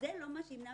שזה לא מה שימנע